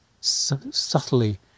subtly